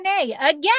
Again